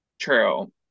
True